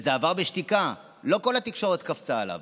וזה עבר בשתיקה, לא כל התקשורת קפצה עליו.